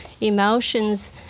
emotions